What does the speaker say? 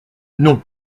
non